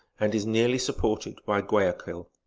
and is nearly supported by guayaquil.